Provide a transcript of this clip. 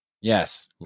Yes